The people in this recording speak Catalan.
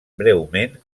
breument